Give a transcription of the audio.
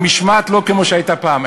המשמעת לא כמו שהייתה פעם,